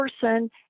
person